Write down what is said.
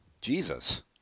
Jesus